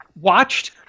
watched